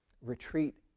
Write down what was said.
retreat